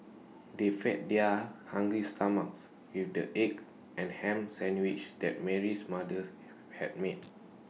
they fed their hungry stomachs with the egg and Ham Sandwiches that Mary's mother had made